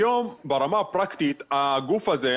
היום ברמה הפרקטית הגוף הזה,